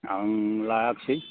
आं लायाखिसै